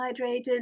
hydrated